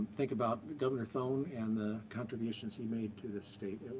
think about governor thone and the contributions he made to the state.